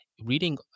reading